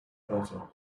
better